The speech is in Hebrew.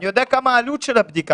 אני יודע מהי עלות הבדיקה.